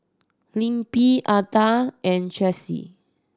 Libby Adda and Tracey